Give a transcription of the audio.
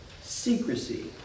secrecy